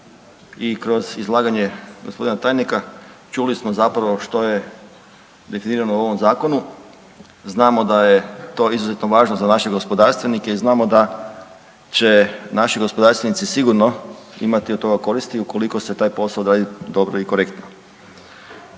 i kroz izlaganje gospodina tajnika čuli smo zapravo što je definirano u ovom zakonu. Znamo da je to izuzetno važno za naše gospodarstvenike i znamo da će naši gospodarstvenici sigurno imati od toga koristi ukoliko se taj posao odradi dobro i korektno.